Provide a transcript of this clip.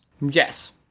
Yes